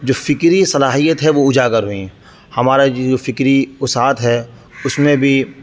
جو فکری صلاحیت ہے وہ اجاگر ہوئیں ہمارا جو فکری وسعت ہے اس میں بھی